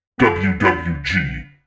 WWG